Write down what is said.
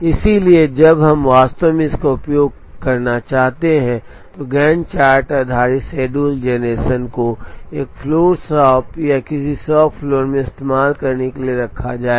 इसलिए जब हम वास्तव में इसका उपयोग करना चाहते हैं तो गैंट चार्ट आधारित शेड्यूल जेनरेशन को एक फ्लोर शॉप या किसी शॉप फ्लोर में इस्तेमाल करने के लिए रखा जाएगा